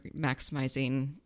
maximizing